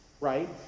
right